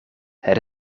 het